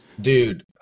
dude